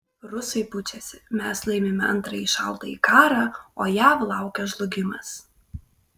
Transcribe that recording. rusai pučiasi mes laimime antrąjį šaltąjį karą o jav laukia žlugimas